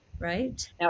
Right